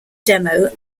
demo